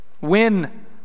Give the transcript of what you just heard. Win